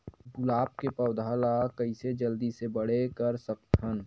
गुलाब के पौधा ल कइसे जल्दी से बड़े कर सकथन?